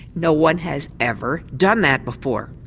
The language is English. no one has ever done that before.